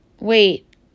Wait